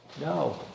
No